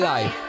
Life